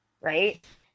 right